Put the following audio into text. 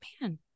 man